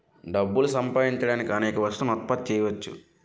డబ్బులు సంపాదించడానికి అనేక వస్తువులను ఉత్పత్తి చేయవచ్చు